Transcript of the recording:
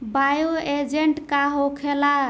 Bio agent का होखेला?